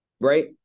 Right